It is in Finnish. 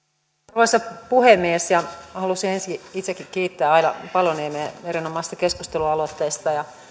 arvoisa puhemies haluaisin ensin itsekin kiittää aila paloniemeä erinomaisesta keskustelualoitteesta ja